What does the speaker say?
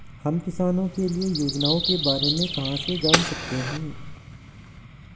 हम किसानों के लिए योजनाओं के बारे में कहाँ से जान सकते हैं?